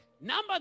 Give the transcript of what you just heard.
Number